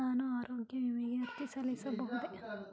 ನಾನು ಆರೋಗ್ಯ ವಿಮೆಗೆ ಅರ್ಜಿ ಸಲ್ಲಿಸಬಹುದೇ?